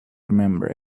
remember